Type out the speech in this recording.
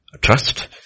trust